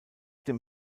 dem